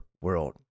world